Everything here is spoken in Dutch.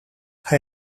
hij